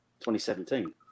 2017